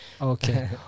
Okay